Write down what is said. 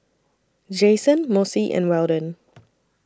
Jason Mossie and Weldon